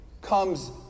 comes